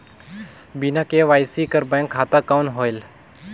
बिना के.वाई.सी कर बैंक खाता कौन होएल?